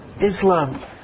Islam